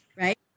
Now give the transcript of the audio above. right